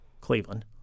Cleveland